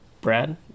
Brad